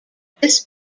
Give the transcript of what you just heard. this